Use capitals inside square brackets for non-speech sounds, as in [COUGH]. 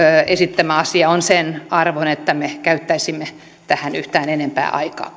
esittämä asia on sen arvoinen että me käyttäisimme tähän yhtään tätä enempää aikaa [UNINTELLIGIBLE]